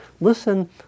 listen